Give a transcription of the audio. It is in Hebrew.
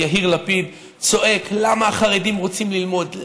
את יהיר לפיד צועק: למה החרדים רוצים ללמוד?